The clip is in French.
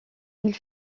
ils